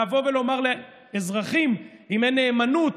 לבוא ולומר לאזרחים: אם אין נאמנות,